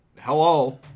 hello